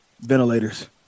ventilators